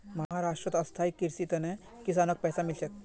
महाराष्ट्रत स्थायी कृषिर त न किसानक पैसा मिल तेक